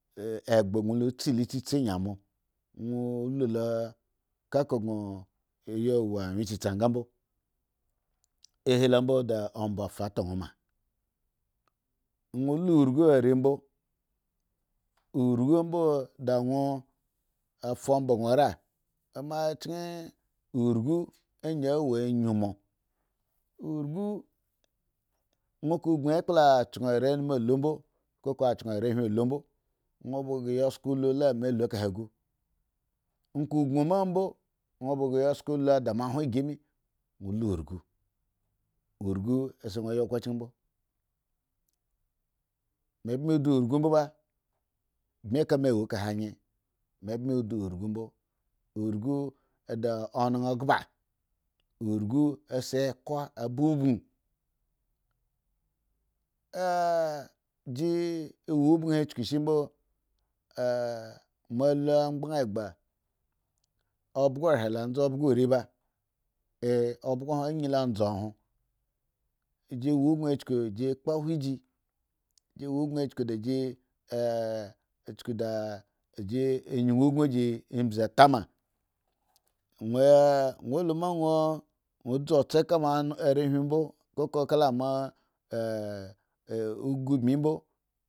Egegba won la tsisilotsi ayin mo kekagon wo anuye tsitsi nga mbo ohelo mbo da omba a fa ta won ma won lu urugu arembo urugu mbo da won fa omombba urugu mbo da won fa omba gun ate mochen urugu a wo ayun mo urugu won ka gon ekpla achen are nu mu alu mbo kokwa achen arehwi lo mbo wan ba sko lame la lu ekahe guwon ka gon ba mbo won babgre ya sko luda ma hwon igi mi nrugu urugu a se won a yi oko chen mbo me mbi odo uragu mbo ba mbi kame wo ekahe ayihe me mbi odo uruugu mbo urugu agba onan urugu a se iku a ba bon mo lo ogbon egba ehre la za ogbo oriba ah obgo hwoh ayi la za ohwo ji wo ogun me chuku da ji ko hwo mbi, chuku da ji yun ogun ji ibzi ta ma won lo ma won dzu otse kamo are mbo le ma arehwin mbo. gi kpo agbi ba atsa agbi ba anzhu ining abihe lo a shri ruri di won omba yagen mbo ehme klo kpo agbi dzede chukushi mdo okpoagbi orila won oyemu egbo bga wo gon wolo lo chen ma olo ayen sku won egba agbi da won la wo algo omba nga mbo lo chaku emble are la kpo agbi an wo are la ygi ogun ajin are lakpo agbi a wo are lakaayi ogun ayga mi moadiji anwye la kpo agbi mbo.